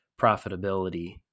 profitability